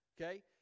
Okay